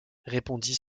répondit